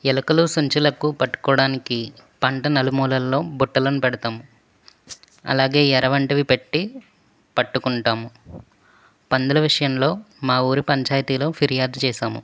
ఎలుకలు సంచులకు పట్టుకోవడానికి పంట నలుమూలల్లో బుట్టలను పెడతాం అలాగే ఎర వంటివి పెట్టి పట్టుకుంటాము పందుల విషయంలో మా ఊరు పంచాయతీలో ఫిర్యాదు చేసాము